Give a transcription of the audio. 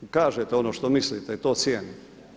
Kažete ono što mislite i to cijenim.